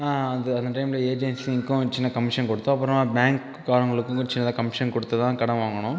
அந்த அந்த டைமில் ஏஜென்ஸிக்கும் சின்ன கமிஷன் கொடுத்தோம் அப்புறம் பேங்க்காரங்களுக்கு கொஞ்சோம் சின்னதாக கமிஷன் கொடுத்து தான் கடன் வாங்கினோம்